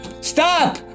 Stop